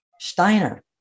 steiner